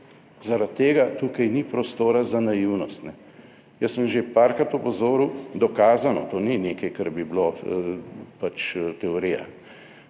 Zaradi tega tukaj ni prostora za naivnost. Jaz sem že parkrat opozoril, dokazano, to ni nekaj, kar bi bilo pač teorija,